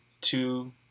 two